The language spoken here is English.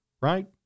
Right